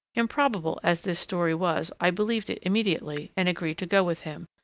improbable as this story was i believed it immediately, and agreed to go with him,